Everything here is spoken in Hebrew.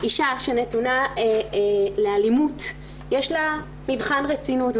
אישה שנתונה לאלימות יש לה "מבחן רצינות",